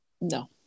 No